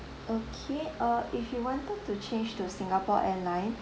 okay uh if you wanted to change to singapore airline